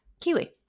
Kiwi